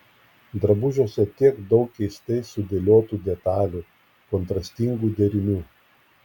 drabužiuose tiek daug keistai sudėliotų detalių kontrastingų derinių